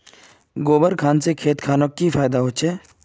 गोबर खान से खेत खानोक की फायदा होछै?